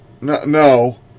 No